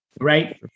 Right